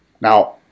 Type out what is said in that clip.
Now